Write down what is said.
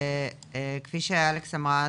שכפי שאלקס אמרה,